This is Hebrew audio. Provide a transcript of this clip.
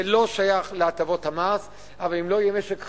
זה לא שייך להטבות המס, אבל אם לא יהיה משק חלב,